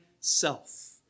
self